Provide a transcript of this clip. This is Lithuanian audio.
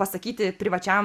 pasakyti privačiam